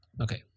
Okay